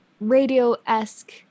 radio-esque